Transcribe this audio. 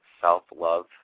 self-love